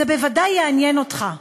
זה בוודאי יעניין אותך,